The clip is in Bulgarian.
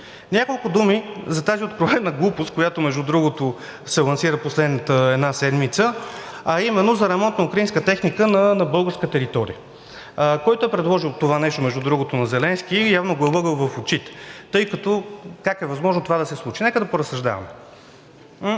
Няколко думи за тази откровена глупост, която, между другото, се лансира в последната една седмица, а именно за ремонт на украинска техника на българска територия. Който е предложил това нещо, между другото, на Зеленски, явно го е лъгал в очите. Как е възможно това да се случи? Нека да поразсъждаваме.